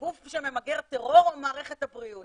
גוף שממגר טרור או מערכת הבריאות?